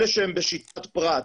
אלה שהם בשיטת פרט,